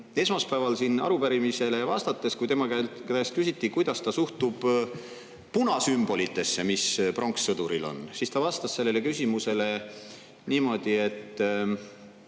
esmaspäeval siin arupärimisele vastates, kui tema käest küsiti, kuidas ta suhtub punasümbolitesse, mis pronkssõduril on, siis ta vastas sellele küsimusele niimoodi, et